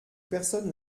personne